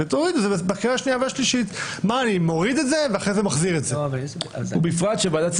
הוועדה --- אבל איתן,